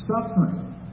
suffering